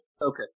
Okay